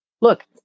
Look